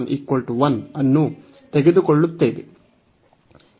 ಈ ಮಿತಿ 1 ರಂತೆ ಬರಲಿದೆ